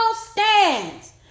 stands